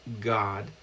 God